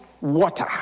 water